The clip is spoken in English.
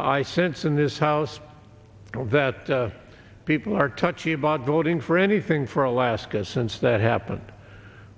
i sense in this house that people are touchy about voting for anything for alaska since that happened